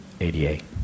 ADA